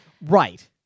Right